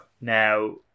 now